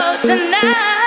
tonight